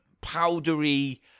powdery